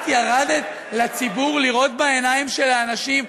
את ירדת לציבור לראות בעיניים של האנשים,